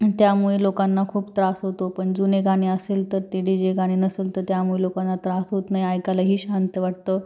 आणि त्यामुळे लोकांना खूप त्रास होतो पण जुने गाणे असेल तर ते डी जे गाणे नसंल तर त्यामुळे लोकांना त्रास होत नाही ऐकायलाही शांत वाटतं